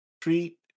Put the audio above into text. treat